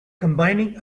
combining